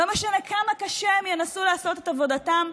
לא משנה כמה קשה הם ינסו לעשות את עבודתם,